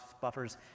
buffers